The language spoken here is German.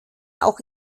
auch